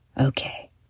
Okay